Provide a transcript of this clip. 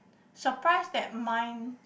surprise that mine